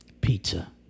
Pizza